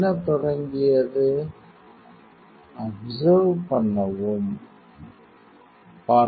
என்ன தொடங்கியது அப்செர்வ் பார்க்கவும் FL